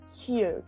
huge